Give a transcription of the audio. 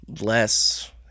less